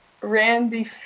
Randy